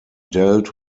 dealt